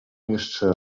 jeszcze